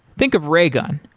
think of raygun.